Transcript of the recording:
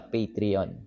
Patreon